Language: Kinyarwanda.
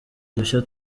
dushya